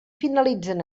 finalitzen